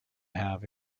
have